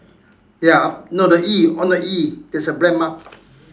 ya no the E on the E there is a black mark